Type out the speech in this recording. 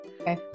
okay